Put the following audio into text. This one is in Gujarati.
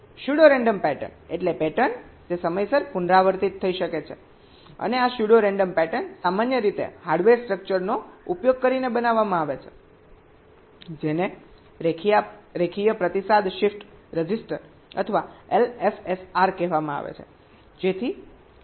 સ્યુડો રેન્ડમ પેટર્ન એટલે પેટર્ન જે સમયસર પુનરાવર્તિત થઈ શકે છે અને આ સ્યુડો રેન્ડમ પેટર્ન સામાન્ય રીતે હાર્ડવેર સ્ટ્રક્ચરનો ઉપયોગ કરીને બનાવવામાં આવે છે જેને લિનિયર ફીડબેક શિફ્ટ રજિસ્ટર અથવા એલએફએસઆર કહેવામાં આવે છે